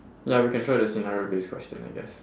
ya we can try the scenario based question I guess